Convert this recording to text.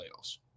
playoffs